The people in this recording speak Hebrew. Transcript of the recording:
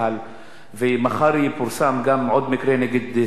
ומחר יפורסם מקרה נוסף נגד סגן בצה"ל,